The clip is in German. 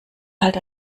halt